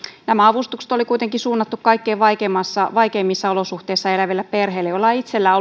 nämä avustukset oli kuitenkin suunnattu kaikkein vaikeimmissa vaikeimmissa olosuhteissa eläville perheille joilla ei itsellään